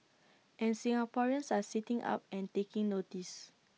and Singaporeans are sitting up and taking notice